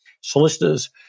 Solicitors